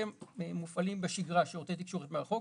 כשמופעלים בשגרה שירותי תקשורת מרחוק,